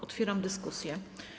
Otwieram dyskusję.